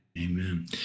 Amen